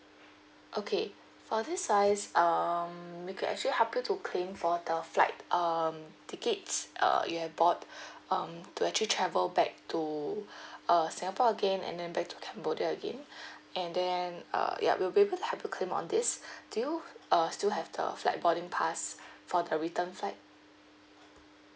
okay for this size um we could actually help you to claim for the flight um tickets uh you have bought um to actually travel back to uh singapore again and then back to cambodia again and then uh yup we'll be able to help you claim on this do you uh still have the flight boarding pass for the return flight